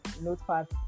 notepad